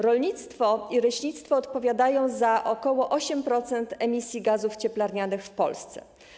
Rolnictwo i leśnictwo odpowiadają za około 8% emisji gazów cieplarnianych w Polsce.